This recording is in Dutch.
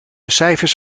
cijfers